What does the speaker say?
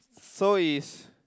so it's